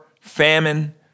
famine